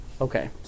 Okay